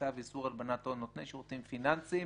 הלבנת הון (נותני שירותים פיננסיים),